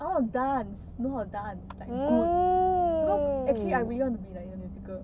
I want to dance know how dance like good cause actually I really want to be in a musical